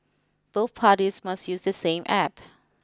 both parties must use the same App